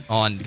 on